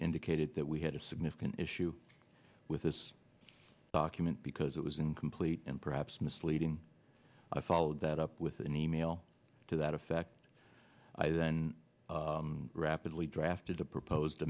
indicated that we had a significant issue with this document because it was incomplete and perhaps misleading i followed that up with an e mail to that effect i then rapidly drafted a proposed